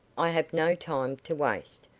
i have no time to waste.